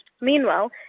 Meanwhile